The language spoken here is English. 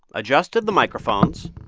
adjusted the microphones.